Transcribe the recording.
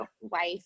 wife